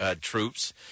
troops